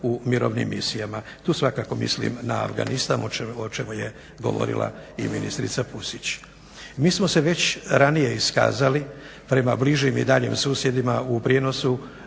u mirovnim misijama. Tu svakako mislim na Afganistan o čemu je govorila ministrica Pusić. Mi smo se već ranije iskazali prema bližim i daljnjim susjedima u prijenosu